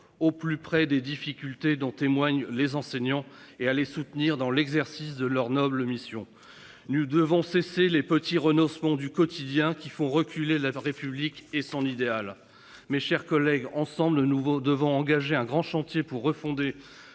au plus près des difficultés dont témoignent les enseignants et à les soutenir dans l'exercice de leur noble mission nous devons cesser les petits renoncements du quotidien qui font reculer la République et son idéal. Mes chers collègues ensemble le nouveau devant engager un grand chantier pour refonder